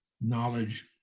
knowledge